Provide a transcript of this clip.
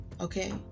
okay